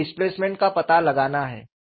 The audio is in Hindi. मुझे डिस्प्लेसमेंट का पता लगाना है